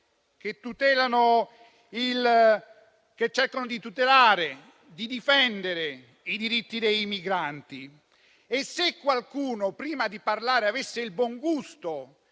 che cercano di tutelare e difendere i diritti dei migranti e se qualcuno prima di parlare avesse il buon gusto